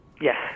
Yes